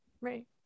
Right